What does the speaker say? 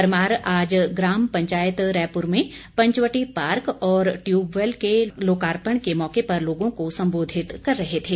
परमार आज ग्राम पंचायत रैपुर में पंचवटी पार्क और ट्यूबवेल के लोकार्पण के मौके पर लोगों को संबोधित कर रहे थे